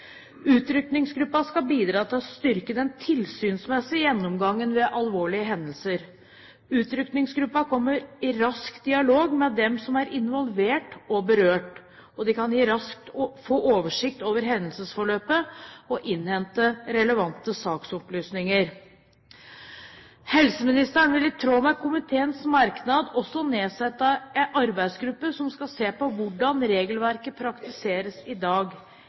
Utrykningsgruppen skal bidra til å styrke den tilsynsmessige gjennomgangen ved alvorlige hendelser. Utrykningsgruppen kommer raskt i dialog med dem som er involvert og berørt, og de kan raskt få oversikt over hendelsesforløpet og innhente relevante saksopplysninger. Helseministeren vil i tråd med komiteens merknad også nedsette en arbeidsgruppe som skal se på hvordan regelverket praktiseres i dag.